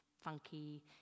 funky